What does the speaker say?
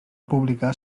publicar